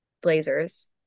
blazers